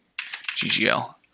GGL